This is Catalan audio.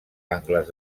angles